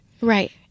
Right